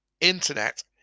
internet